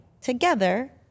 together